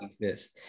exist